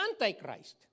Antichrist